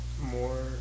more